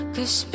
Cause